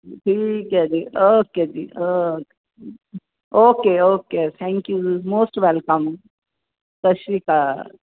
ਠੀਕ ਹੈ ਜੀ ਓਕੇ ਜੀ okay okay okay okay thank you ਜੀ ਮੋਸਟ ਵੈਲਕਮ ਸਤਿ ਸ਼੍ਰੀ ਅਕਾਲ